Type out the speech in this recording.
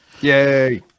yay